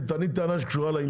תטעני טענה שקשורה לעניין.